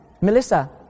Melissa